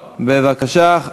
בבקשה.